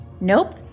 Nope